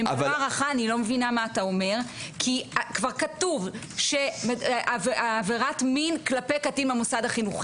אני לא מבינה מה אתה אומר כי כתוב שעבירת מין כלפי קטין במוסד החינוכי.